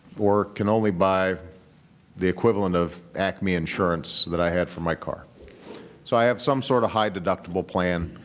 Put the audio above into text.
or can only buy the equivalent of acme insurance that i had for my car so i have some sort of high-deductible plan.